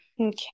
Okay